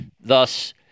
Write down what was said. Thus